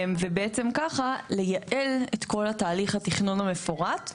ובעצם ככה לייעל את כל התהליך התכנון המפורט,